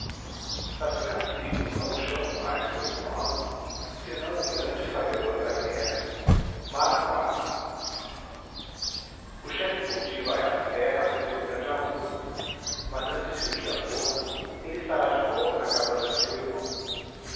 assim as tribos não o chamam mais pelo nome senão o grande sabedor da guerra maranguab o chefe poti vai à serra ver seu grande avô mas antes que o dia morra ele estará de volta na cabana de seu irmão